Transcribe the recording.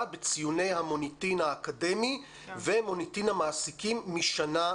בציוני המוניטין האקדמי ומוניטין המעסיקים משנה לשנה.